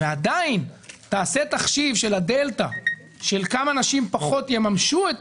ועדיין תעשה תחשיב של הדלתא של כמה נשים פחות יממשו את